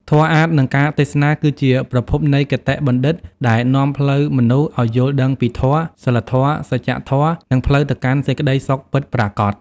ធម៌អាថ៌ និងការទេសនា គឺជាប្រភពនៃគតិបណ្ឌិតដែលនាំផ្លូវមនុស្សឲ្យយល់ដឹងពីធម៌ សីលធម៌ សច្ចធម៌ និងផ្លូវទៅកាន់សេចក្ដីសុខពិតប្រាកដ។